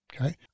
okay